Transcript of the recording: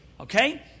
Okay